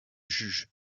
juge